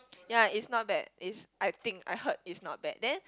ya is not bad is I think I heard is not bad then